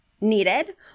needed